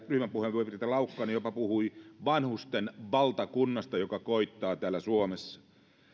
ryhmäpuheenvuoron pitäjä laukkanen jopa puhui vanhusten valtakunnasta joka koittaa täällä suomessa